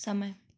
समय